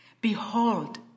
Behold